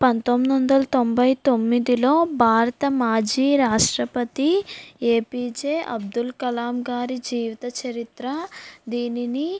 పంతొమ్మిది వందల తొంభై తొమ్మిదిలో భారత మాజీ రాష్ట్రపతి ఏపీజే అబ్దుల్ కలాం గారి జీవిత చరిత్ర దీనిని